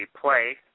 Play